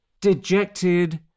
Dejected